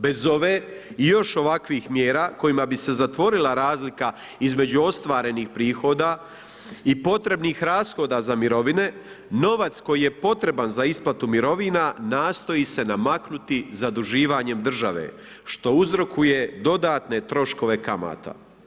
Bez ove i još ovakvih mjera kojima bi se zatvorila razlika između ostvarenih prihoda i potrebnih rashoda za mirovine, novac koji je potreban za isplatu mirovina, nastoji se namaknuti zaduživanjem države što uzrokuje dodatne troškove kamata.